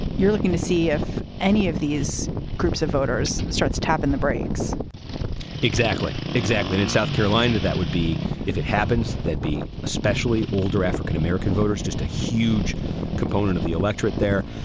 you're looking to see if any of these groups of voters starts tapping the brakes exactly. exactly in in south carolina, that would be if it happens, they'd be especially older african-american voters, just a huge component of the electorate there.